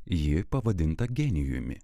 ji pavadinta genijumi